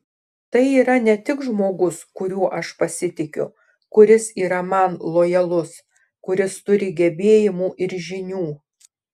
tai yra ne tik žmogus kuriuo aš pasitikiu kuris yra man lojalus kuris turi gebėjimų ir žinių